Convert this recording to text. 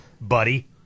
buddy